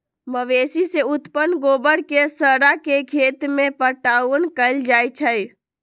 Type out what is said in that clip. मवेशी से उत्पन्न गोबर के सड़ा के खेत में पटाओन कएल जाइ छइ